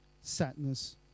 sadness